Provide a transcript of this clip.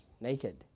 naked